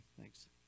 Thanks